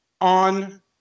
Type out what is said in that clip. on